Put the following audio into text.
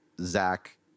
Zach